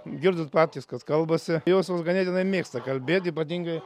girdit patys kad kalbasi josios ganėtinai mėgsta kalbėti ypatingai